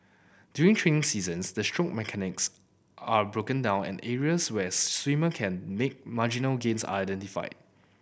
during training seasons the stroke mechanics are broken down and areas where swimmer can make marginal gains are identified